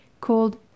called